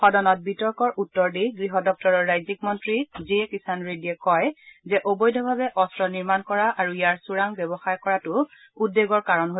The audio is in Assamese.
সদনত বিতৰ্কৰ উত্তৰ দি গৃহ দপ্তৰৰ ৰাজ্যিক মন্ত্ৰী জি কিষান ৰেড্ডীয়ে কয় যে অবৈধভাৱে অস্ত্ৰ নিৰ্মাণ কৰা আৰু ইয়াৰ চোৰাং ব্যৱসায় কৰাটো চিন্তাৰ কাৰণ হৈছে